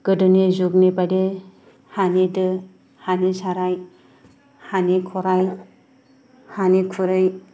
गोदोनि जुगनि बायदि हानि दो हानि साराइ हानि खराइ हानि खुरै